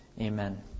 Amen